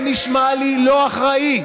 זה נשמע לי לא אחראי.